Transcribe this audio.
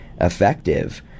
effective